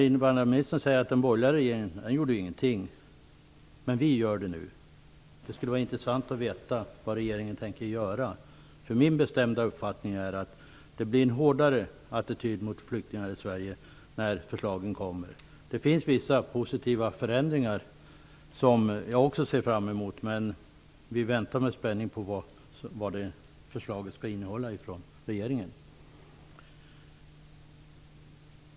Invandrarministern sade att den borgerliga regeringen inte gjorde något, men att den socialdemokratiska regeringen nu gör det. Det skulle vara intressant att få veta vad regeringen tänker göra. Min bestämda uppfattning är nämligen att det blir en hårdare attityd mot flyktingar i Sverige när förslagen läggs fram. Det finns vissa positiva förändringar som jag också ser fram emot, men vi väntar med spänning på vad regeringens förslag kommer att innehålla.